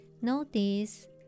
notice